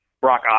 Brock